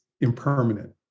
impermanent